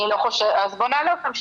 בוא נעלה אותם,